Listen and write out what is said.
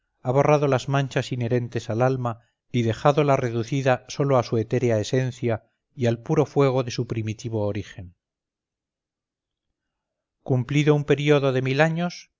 ha borrado las manchas inherentes al alma y dejádola reducida sólo a su etérea esencia y al puro fuego de su primitivo origen cumplido un período de mil años